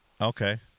Okay